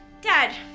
Dad